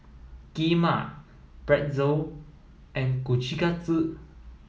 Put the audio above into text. kheema Pretzel and Kushikatsu